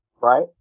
right